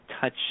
touch